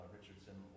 Richardson